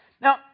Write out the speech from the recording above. Now